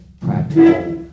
practical